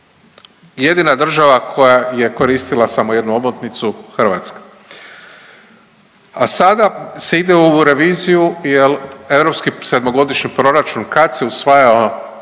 Jedina država koja je koristila samo jednu omotnicu, Hrvatska. A sada se ide u reviziju jer europski sedmogodišnji proračun, kad se usvajao